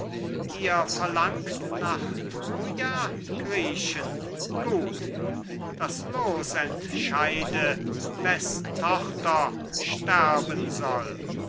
ihr verlangt nach troja griechen gut das loos entscheide weß tochter sterben soll